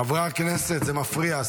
חברי הכנסת, זה מפריע.